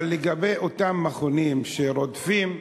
אבל לגבי אותם מכונים שרודפים,